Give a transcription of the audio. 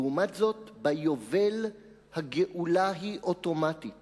לעומת זאת, ביובל הגאולה היא אוטומטית